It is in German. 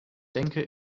denke